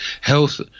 health